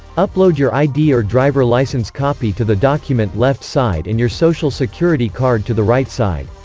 upload your id or driver licence copy to the document left side and your social security card to the right side.